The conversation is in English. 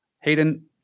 hayden